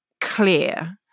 clear